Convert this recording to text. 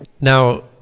Now